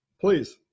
Please